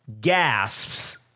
gasps